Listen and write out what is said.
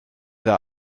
der